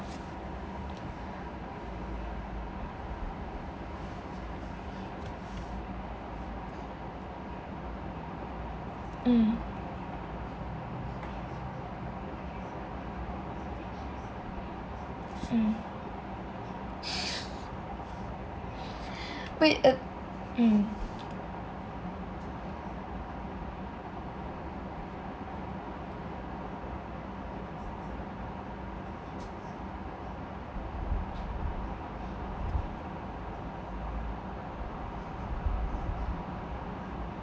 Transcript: mm mm wait mm